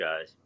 guys